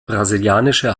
brasilianische